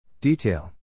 detail